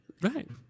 right